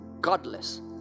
godless